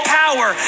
power